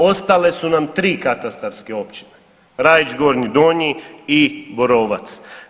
Ostale su nam tri katastarske općine, Rajić Gornji, Donji i Borovac.